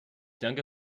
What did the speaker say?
danke